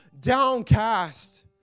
downcast